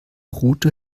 route